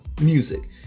music